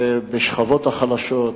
בשכבות החלשות,